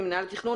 ממינהל התכנון.